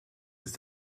ist